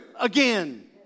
again